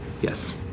Yes